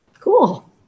Cool